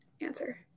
answer